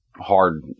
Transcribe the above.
hard